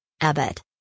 Abbott